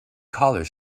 collars